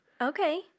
Okay